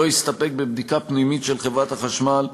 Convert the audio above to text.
שלא יסתפק בבדיקה פנימית של חברת החשמל,